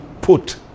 put